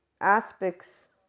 aspects